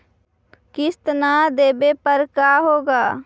किस्त न देबे पर का होगा?